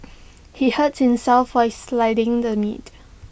he hurt himself while sliding the meat